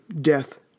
death